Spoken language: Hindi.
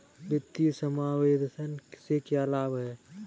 वित्तीय समावेशन के क्या लाभ हैं?